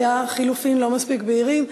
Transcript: היו חילופים לא מספיק בהירים.